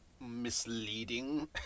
misleading